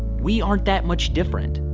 we aren't that much different,